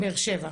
באר שבע.